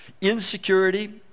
Insecurity